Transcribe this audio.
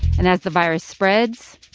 and as the virus spreads,